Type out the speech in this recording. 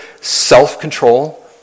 self-control